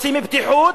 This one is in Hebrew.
רוצים פתיחות.